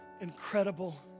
incredible